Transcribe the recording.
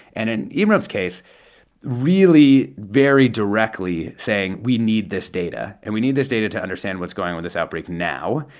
and in ibram's case really, very directly saying we need this data. and we need this data to understand what's going on this outbreak now.